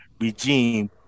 regime